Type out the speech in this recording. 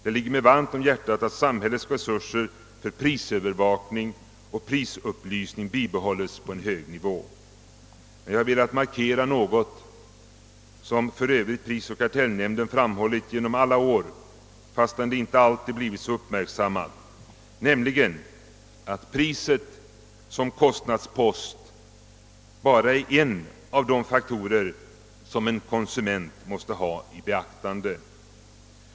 Det ligger mig varmt om hjärtat att samhällets resurser för prisövervakning och prisupplysning bibehålles på en hög nivå, men jag har velat markera något, som för Övrigt prisoch kartellnämnden framhållit genom alla år fastän det inte alltid blivit så uppmärksammat, nämligen att priset som kostnadspost bara är en av de faktorer som en konsument måste ta i beaktande.